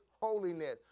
holiness